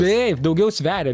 taip daugiau sveria